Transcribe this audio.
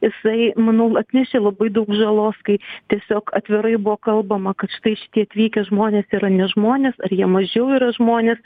jisai manau atnešė labai daug žalos kai tiesiog atvirai buvo kalbama kad štai šitie atvykę žmonės yra ne žmonės ar jie mažiau yra žmonės